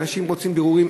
אנשים רוצים לעשות בירורים,